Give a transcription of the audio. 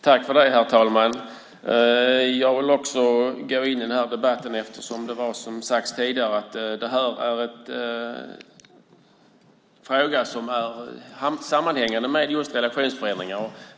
Herr talman! Jag vill också gå in i den här debatten eftersom det här, som har sagts tidigare, är en fråga som är sammanhängande med just relationsförändringar.